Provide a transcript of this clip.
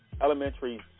elementary